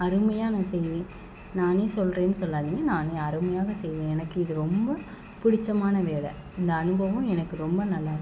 அருமையாக நான் செய்வேன் நானே சொல்கிறேன்னு சொல்லாதிங்க நானே அருமையாக செய்வேன் எனக்கு இது ரொம்ப புடிச்சமான வேலை இந்த அனுபவம் எனக்கு ரொம்ப நல்லா இருக்கு